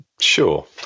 Sure